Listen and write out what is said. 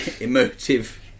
emotive